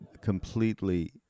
completely